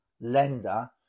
lender